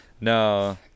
No